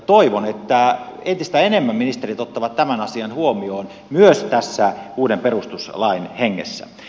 toivon että entistä enemmän ministerit ottavat tämän asian huomioon myös tässä uuden perustuslain hengessä